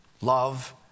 love